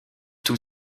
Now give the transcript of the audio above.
tout